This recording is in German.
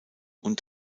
und